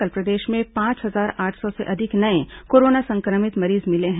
कल प्रदेश में पांच हजार आठ सौ से अधिक नये कोरोना संक्रमित मरीज मिले हैं